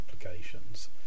applications